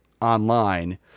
online